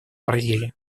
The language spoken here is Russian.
бразилии